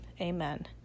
amen